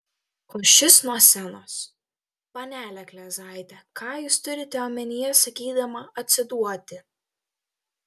o šis nuo scenos panele kleizaite ką jūs turite omenyje sakydama atsiduoti